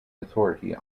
authority